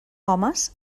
homes